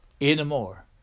anymore